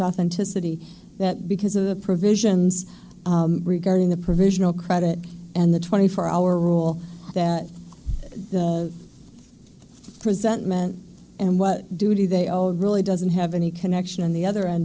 authenticity that because of the provisions regarding the provisional credit and the twenty four hour rule that resentment and what do they owe really doesn't have any connection on the other end